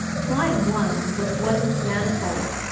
till i am one, with oneness manifold,